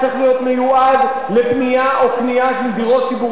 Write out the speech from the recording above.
לבנייה או לקנייה של דירות ציבוריות חדשות.